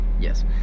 yes